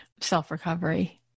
self-recovery